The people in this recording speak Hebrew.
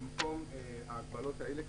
במקום ההגבלות האלה,